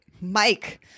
mike